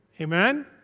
Amen